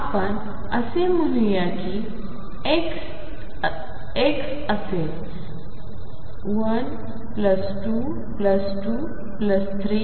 तर आपण असे म्हणूया की हे ⟨x⟩ असेल 1223146